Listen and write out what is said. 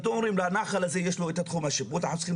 אתם אומרים 'לנחל הזה יש לו את תחום השיפוט אנחנו צריכים